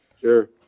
sure